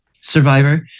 survivor